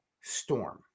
storm